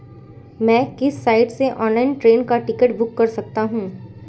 मैं किस साइट से ऑनलाइन ट्रेन का टिकट बुक कर सकता हूँ?